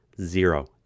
zero